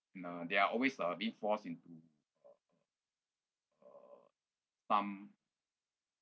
and uh they are always uh being forced into uh some